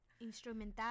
Instrumental